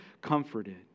comforted